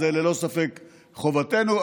זו ללא ספק חובתנו,